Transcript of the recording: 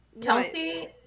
Kelsey